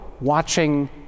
watching